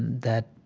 that,